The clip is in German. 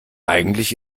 eigentlich